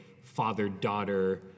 father-daughter